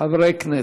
חברי הכנסת.